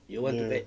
ya